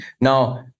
Now